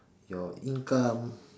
your income